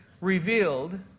revealed